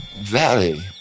valley